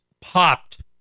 Popped